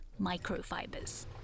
microfibers